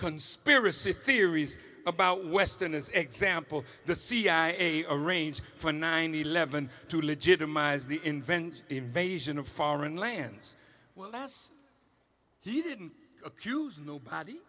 conspiracy theories about westerners example the cia arranged for nine eleven to legitimize the invention invasion of foreign lands well last he didn't accuse nobody